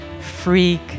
freak